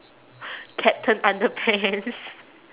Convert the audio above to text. captain underpants